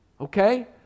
Okay